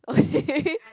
okay